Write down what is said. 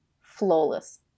flawless